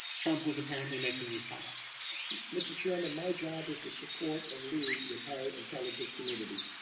trump was apparently making these comments mr. chairman my job is to support and lead the entire intelligence community.